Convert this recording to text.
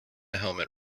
helmet